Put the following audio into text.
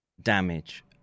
damage